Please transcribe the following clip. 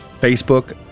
Facebook